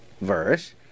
verse